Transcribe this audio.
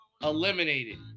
eliminated